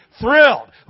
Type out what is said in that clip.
thrilled